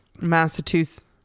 Massachusetts